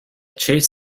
chase